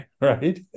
right